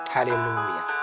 Hallelujah